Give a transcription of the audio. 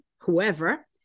whoever